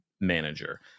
manager